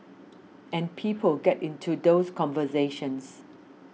and people get into those conversations